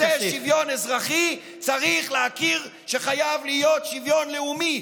ומי שרוצה שוויון אזרחי צריך להכיר בזה שחייב להיות שוויון לאומי.